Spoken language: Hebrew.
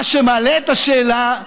מה שמעלה את השאלה: